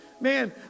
Man